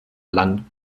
landen